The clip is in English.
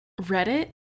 Reddit